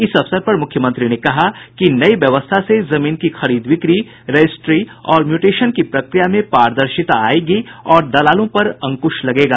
इस अवसर पर मुख्यमंत्री ने कहा कि नई व्यवस्था से जमीन की खरीद बिक्री रजिस्ट्री और म्यूटेशन की प्रक्रिया में पारदर्शिता आयेगी और दलालों पर अंकुश लगेगा